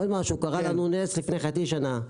קרה לנו נס לפני חצי שנה.